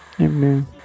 Amen